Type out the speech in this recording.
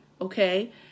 okay